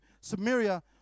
Samaria